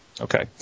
Okay